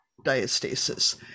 diastasis